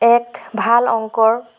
এক ভাল অংকৰ